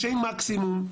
עונשי מקסימום,